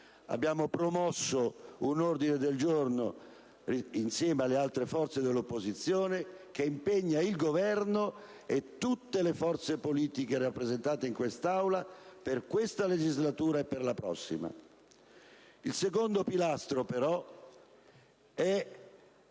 Abbiamo promosso un ordine del giorno, insieme alle altre forze dell'opposizione, che impegna il Governo e tutte le forze politiche rappresentate nell'Aula del Senato per questa legislatura e per la prossima. Il secondo pilastro è